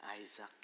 Isaac